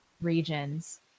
regions